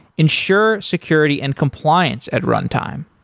ensure security and compliance at runtime.